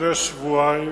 לפני שבועיים,